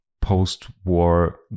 post-war